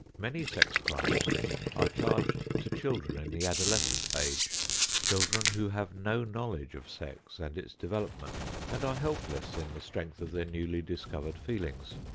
many sex crimes are charged to children in the adolescent age children who have no knowledge of sex and its development and are helpless in the strength of their newly-discovered feelings.